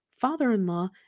father-in-law